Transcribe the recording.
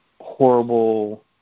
horrible